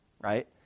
Right